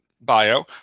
bio